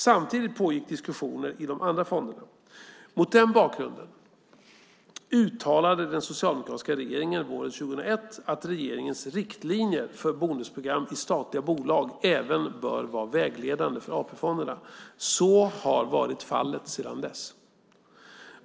Samtidigt pågick diskussioner i de andra fonderna. Mot den bakgrunden uttalade den socialdemokratiska regeringen våren 2001 att regeringens riktlinjer för bonusprogram i statliga bolag även bör vara vägledande för AP-fonderna. Så har varit fallet sedan dess.